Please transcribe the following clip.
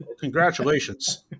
congratulations